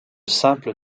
simple